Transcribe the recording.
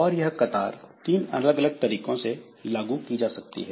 और यह कतार तीन अलग अलग तरीकों से लागू की जा सकती है